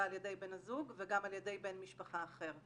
על ידי בן הזוג וגם על ידי בן משפחה אחר.